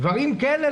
דברים כאלה,